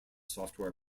software